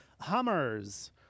Hummers